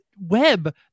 web